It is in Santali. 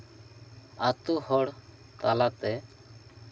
ᱟᱛᱳ ᱦᱚᱲ ᱛᱟᱞᱟᱛᱮ